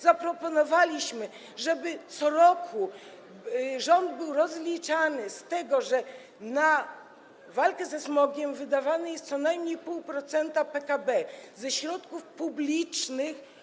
Zaproponowaliśmy, żeby co roku rząd był rozliczany z tego, że na walkę ze smogiem wydawane jest co najmniej 0,5% PKB ze środków publicznych.